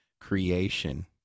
creation